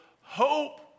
hope